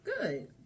good